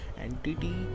Entity